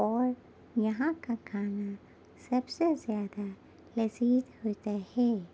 اور یہاں کا کھانا سب سے زیادہ لذیذ ہوتا ہے